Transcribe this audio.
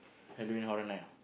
Halloween Horror Night ah